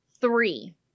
three